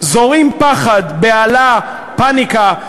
זורים פחד, בהלה, פניקה.